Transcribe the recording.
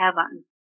heaven